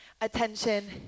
attention